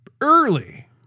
early